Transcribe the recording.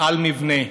על מבנה.